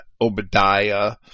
Obadiah